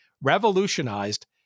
Revolutionized